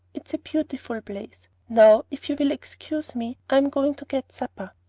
it's a beautiful place. now, if you will excuse me, i am going to get supper.